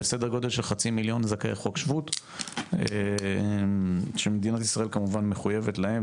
וסדר גודל של כ-500,000 זכאי חוק שבות שמדינת ישראל מחויבת להם,